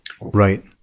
Right